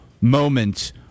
moment